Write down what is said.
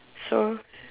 so